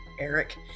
Eric